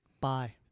Bye